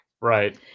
Right